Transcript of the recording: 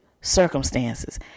circumstances